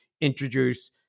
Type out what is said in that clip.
introduce